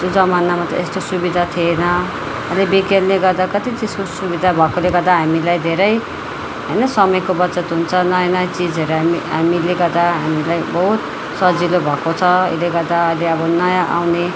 जमानामा त यस्तो सुविधा थिएन अहिले विज्ञानले गर्दा कति चिजको सुविधा भएकोले गर्दा हामीलाई धेरै होइन समयको बचत हुन्छ नयाँ नयाँ चिजहरू हामी हामीले गर्दा हामीलाई बहुत सजिलो भएको छ यसले गर्दा अहिले अब नयाँ आउने